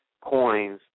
coins